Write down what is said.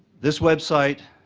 this website